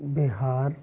Bihar